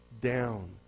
down